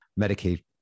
Medicaid